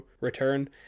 return